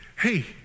Hey